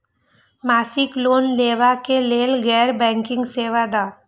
मासिक लोन लैवा कै लैल गैर बैंकिंग सेवा द?